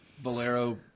Valero